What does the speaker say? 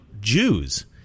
Jews